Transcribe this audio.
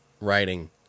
writing